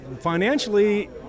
financially